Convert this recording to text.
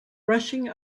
rushing